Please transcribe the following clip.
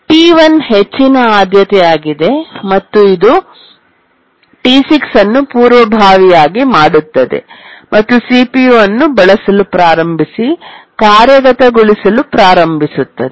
T1 ಹೆಚ್ಚಿನ ಆದ್ಯತೆಯಾಗಿದೆ ಮತ್ತು ಇದು T6 ಅನ್ನು ಪೂರ್ವಭಾವಿಯಾಗಿ ಮಾಡುತ್ತದೆ ಮತ್ತು ಸಿಪಿಯು ಅನ್ನು ಬಳಸಲು ಪ್ರಾರಂಭಿಸಿ ಕಾರ್ಯಗತಗೊಳಿಸಲು ಪ್ರಾರಂಭಿಸುತ್ತದೆ